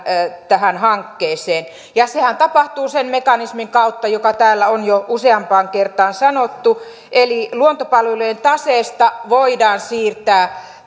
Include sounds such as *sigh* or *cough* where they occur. tähän hankkeeseen sehän tapahtuu sen mekanismin kautta joka täällä on jo useampaan kertaan sanottu eli luontopalvelujen taseesta voidaan siirtää *unintelligible*